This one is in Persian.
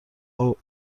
اوت